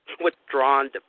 Withdrawn